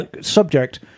subject